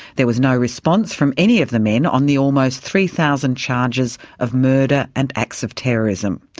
there was no response from any of the men on the almost three thousand charges of murder and acts of terrorism.